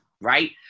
right